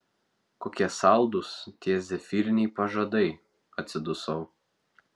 kokie saldūs tie zefyriniai pažadai atsidusau